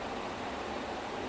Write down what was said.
that's why you got Deccan Air